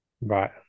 Right